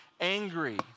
angry